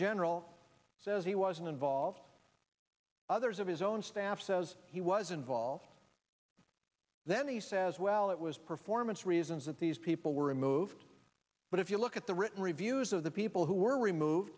general says he wasn't involved others of his own staff says he was involved then he says well it was performance reasons that these people were removed but if you look at the written reviews of the people who were remove